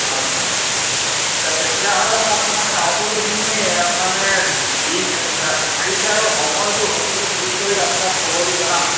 হয় হয় হয় আচ্ছা তেতিয়াহ'লে মই মানে সকলোখিনি মানে দি তাৰিখ আৰু সময়টো সকলো ঠিক কৰি আপোনাক খবৰটো জনাম